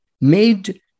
made